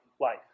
life